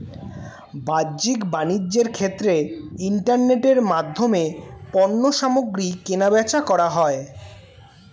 বাহ্যিক বাণিজ্যের ক্ষেত্রে ইন্টারনেটের মাধ্যমে পণ্যসামগ্রী কেনাবেচা করা হয়